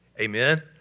Amen